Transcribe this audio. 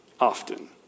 often